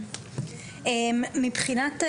מבחינת,